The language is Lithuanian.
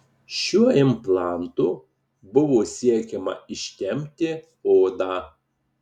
šiuo implantu buvo siekiama ištempti odą